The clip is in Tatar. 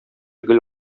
гел